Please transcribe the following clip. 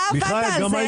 אתה עבדת על זה,